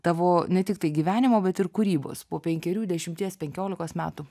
tavo ne tiktai gyvenimo bet ir kūrybos po penkerių dešimties penkiolikos metų